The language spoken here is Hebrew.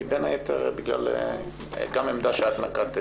היא בין היתר בגלל עמדה שאת נקטת